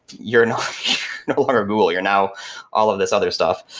you're and no longer google. you're now all of this other stuff.